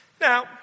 Now